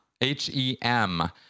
H-E-M